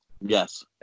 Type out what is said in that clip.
Yes